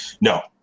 No